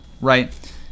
right